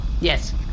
yes